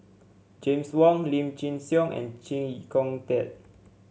James Wong Lim Chin Siong and Chee Kong Tet